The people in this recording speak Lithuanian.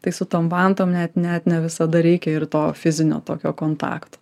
tai su tom vantom net net ne visada reikia ir to fizinio tokio kontakto